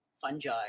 fungi